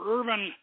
Urban